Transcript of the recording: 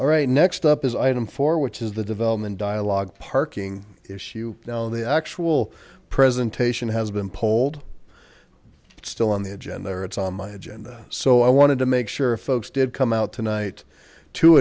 all right next up is item four which is the development dialogue parking issue now the actual presentation has been pulled still on the agenda or it's on my agenda so i wanted to make sure folks did come out tonight to